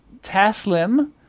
Taslim